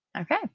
okay